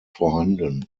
vorhanden